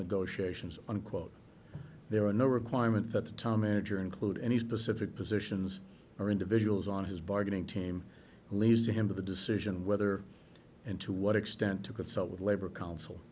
negotiations unquote there are no requirement that the time manager include any specific positions or individuals on his bargaining team losing him to the decision whether and to what extent to consult with labor coun